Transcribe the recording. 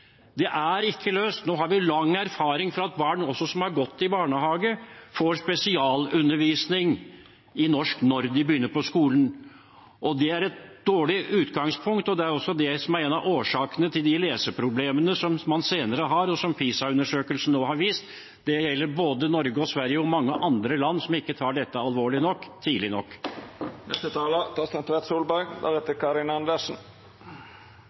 Det er ikke løst. Nå har vi lang erfaring for at også barn som har gått i barnehage, får spesialundervisning i norsk når de begynner på skolen. Det er et dårlig utgangspunkt, og det er også en av årsakene til de leseproblemene som de senere får, og som PISA-undersøkelsen nå har vist. Det gjelder både Norge, Sverige og mange andre land som ikke tar dette alvorlig nok, tidlig nok. Det er